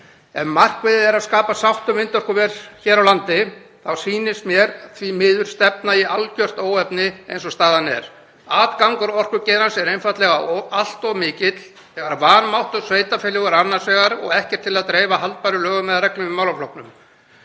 Ef markmiðið er að skapa sátt um vindorkuver hér á landi þá sýnist mér því miður stefna í algjört óefni eins og staðan er. Atgangur orkugeirans er einfaldlega allt of mikill þegar vanmáttur sveitarfélaga er annars vegar og ekki til að dreifa haldbærum lögum eða reglum í málaflokknum.